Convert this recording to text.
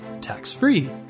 tax-free